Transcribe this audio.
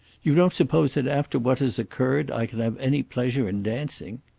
you don't suppose that after what has occurred i can have any pleasure in dancing.